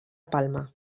palma